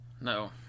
No